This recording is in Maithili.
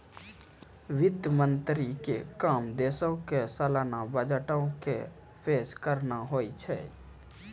वित्त मंत्री के काम देशो के सलाना बजटो के पेश करनाय होय छै